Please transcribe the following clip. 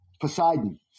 Poseidon